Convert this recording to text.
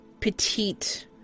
petite